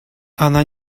она